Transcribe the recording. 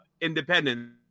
independent